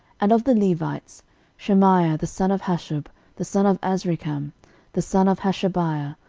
and of the levites shemaiah the son of hasshub, the son of azrikam, the son of hashabiah,